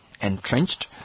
entrenched